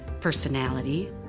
personality